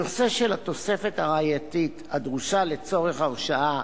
הנושא של התוספת הראייתית הדרושה לצורך הרשעה